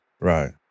Right